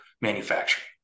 manufacturing